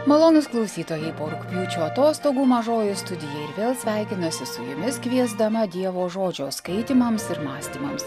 malonūs klausytojai po rugpjūčio atostogų mažoji studija ir vėl sveikinasi su jumis kviesdama dievo žodžio skaitymams ir mąstymams